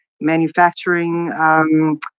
manufacturing